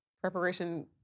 preparation